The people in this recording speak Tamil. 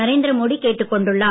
நரேந்திர மோடி கேட்டுக் கொண்டுள்ளார்